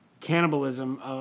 cannibalism